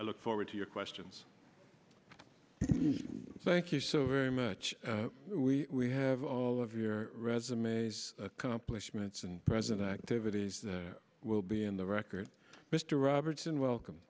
i look forward to your questions thank you so very much we have all of your resumes accomplishments and present activities that will be in the record mr robertson welcome